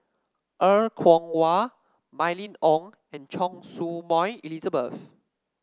Er Kwong Wah Mylene Ong and Choy Su Moi Elizabeth